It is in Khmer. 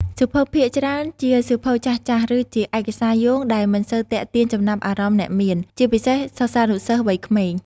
សៀវភៅភាគច្រើនជាសៀវភៅចាស់ៗ ឬជាឯកសារយោងដែលមិនសូវទាក់ទាញចំណាប់អារម្មណ៍អ្នកអាន ជាពិសេសសិស្សានុសិស្សវ័យក្មេង។